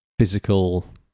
physical